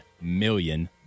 million